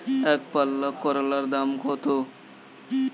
একপাল্লা করলার দাম কত?